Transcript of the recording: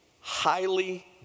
highly